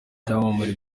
byamamare